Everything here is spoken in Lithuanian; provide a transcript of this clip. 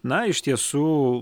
na iš tiesų